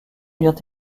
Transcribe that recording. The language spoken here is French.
vient